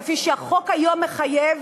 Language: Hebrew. כפי שהחוק היום מחייב.